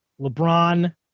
LeBron